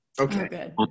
Okay